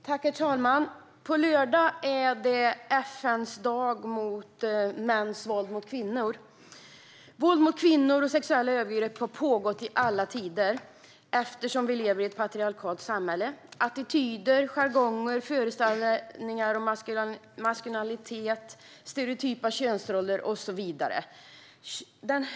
Herr talman! På lördag är det FN:s dag mot mäns våld mot kvinnor. Våld och sexuella övergrepp mot kvinnor har pågått i alla tider eftersom vi lever i ett patriarkalt samhälle med dito attityder, jargong, föreställningar om maskulinitet, stereotypa könsroller och så vidare.